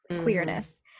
queerness